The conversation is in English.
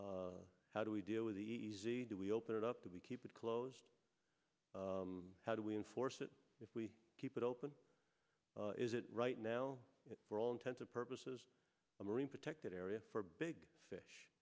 how do we deal with the easy do we open it up that we keep it closed how do we enforce it if we keep it open is it right now for all intents and purposes a marine protected area for big fish